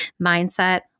mindset